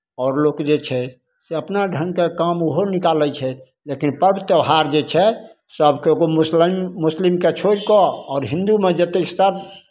आओर लोक जे छै से अपना ढङ्गके काम ओहो निकालै छथि लेकिन पर्व त्योहार जे छथि सभके मुस्लम मुस्लिमकेँ छोड़ि कऽ आओर हिन्दूमे जतेक सभ